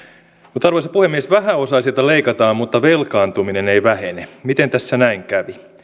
arvoisa puhemies vähäosaisilta leikataan mutta velkaantuminen ei vähene miten tässä näin kävi